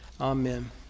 Amen